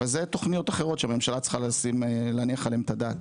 אבל זה תוכניות אחרות שהממשלה צריך להניח עליהם את הדעת.